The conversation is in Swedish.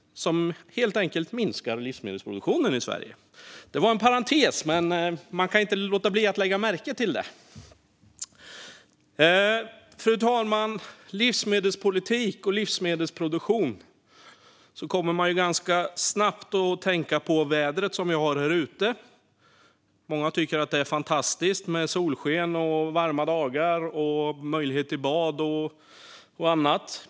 Det minskar helt enkelt livsmedelsproduktionen i Sverige. Det var en parentes, men jag kunde inte låta bli att lägga märke till det. Fru talman! När man talar om livsmedelspolitik och livsmedelsproduktion kommer man ganska snabbt att tänka på det väder som vi har. Många tycker att det är fantastiskt med solsken och varma dagar med möjlighet till bad och annat.